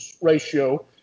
ratio